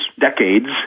decades